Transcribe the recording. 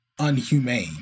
unhumane